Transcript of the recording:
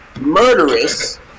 murderous